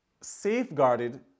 safeguarded